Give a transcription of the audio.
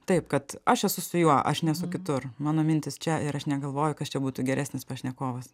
taip kad aš esu su juo aš nesu kitur mano mintys čia ir aš negalvoju kas čia būtų geresnis pašnekovas